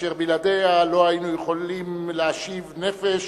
אשר בלעדיה לא היינו יכולים להשיב נפש